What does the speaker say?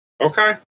Okay